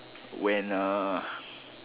when uh